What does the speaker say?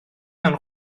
mewn